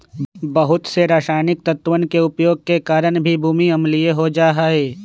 बहुत से रसायनिक तत्वन के उपयोग के कारण भी भूमि अम्लीय हो जाहई